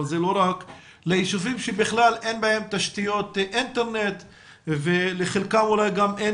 אבל זה לא רק - שבכלל אין בהם תשתיות אינטרנט ולחלקם אולי גם אין